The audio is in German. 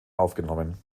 aufgenommen